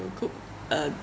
will cook uh